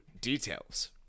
details